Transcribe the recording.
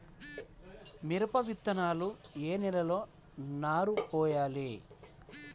మిరప విత్తనాలు ఏ నెలలో నారు పోయాలి?